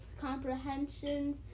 comprehensions